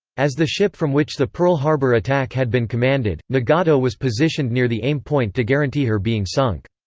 as the ship from which the pearl harbor attack had been commanded, nagato was positioned near the aim point to guarantee her being sunk.